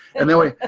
and then we,